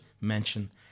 mention